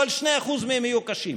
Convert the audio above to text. אבל 2% מהם יהיו קשים.